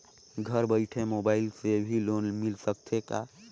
घर बइठे मोबाईल से भी लोन मिल सकथे का?